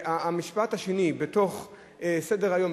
המשפט השני בסדר-היום,